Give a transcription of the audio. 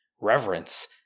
reverence